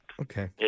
Okay